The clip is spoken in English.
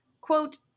quote